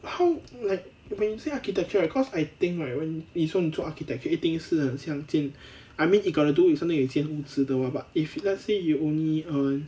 how like when you say architecture right cause I think right when 你说你做 architecture 一定是很像建 I mean it gotta do with something like 建屋子的 what but if let's say you only err